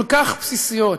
כל כך בסיסיות,